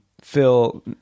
Phil